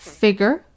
figure